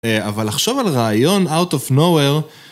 אבל לחשוב על רעיון out of nowhere.